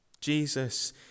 Jesus